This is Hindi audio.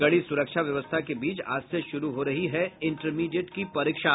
कड़ी सुरक्षा व्यवस्था के बीच आज से शुरू हो रही है इंटरमीडिएट की परीक्षा